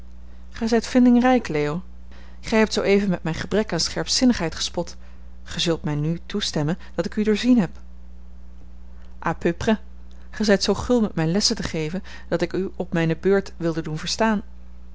gij zijt vindingrijk leo gij hebt zoo even met mijn gebrek aan scherpzinnigheid gespot ge zult mij nu toestemmen dat ik u doorzien heb à peu près gij zijt zoo gul met mij lessen te geven dat ik u op mijne beurt wilde doen verstaan